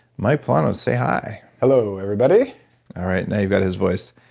mike pullano, say, hi hello everybody all right. now you've got his voice.